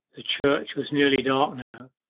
the church was nearly dark now,